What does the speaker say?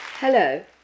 Hello